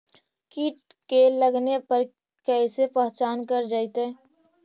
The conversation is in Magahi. कीट के लगने पर कैसे पहचान कर जयतय?